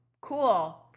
cool